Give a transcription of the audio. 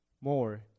more